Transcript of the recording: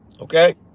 Okay